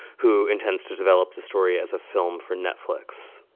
who intends to develop the story as a film for netflix.